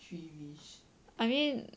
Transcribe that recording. three wish I mean